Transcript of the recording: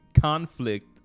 conflict